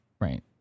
Right